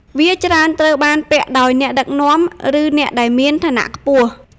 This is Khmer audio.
វាច្រើនត្រូវបានពាក់ដោយអ្នកដឹកនាំ ឬអ្នកដែលមានឋានៈខ្ពស់។